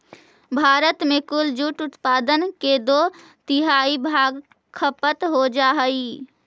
भारत में कुल जूट उत्पादन के दो तिहाई भाग खपत हो जा हइ